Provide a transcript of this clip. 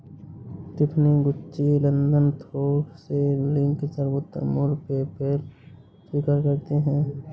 Tiffany, Gucci, London थोक के link, सर्वोत्तम मूल्य, पेपैल स्वीकार करते है